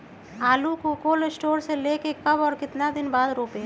आलु को cold store से ले के कब और कितना दिन बाद रोपे?